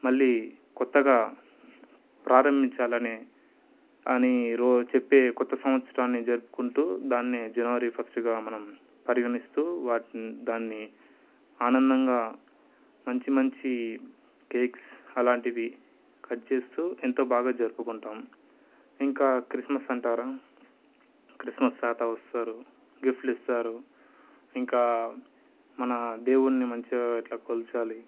మళ్ళీ కొత్తగా ప్రారంభించాలి అని చెప్పే కొత్త సంవత్సరాన్ని జరుపుకుంటు దాన్ని జనవరి ఫస్ట్గా మనం పరిగణిస్తు వాటిని దాన్ని ఆనందంగా మంచి మంచి కేక్స్ అలాంటివి కట్ చేస్తు ఎంతో బాగా జరుపుకుంటాము ఇంకా క్రిస్మస్ అంటారా క్రిస్మస్ తాత వస్తారు గిఫ్ట్లు ఇస్తారు ఇంకా మన దేవుణ్ణి మంచిగా ఇట్లా కొలచాలి